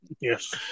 Yes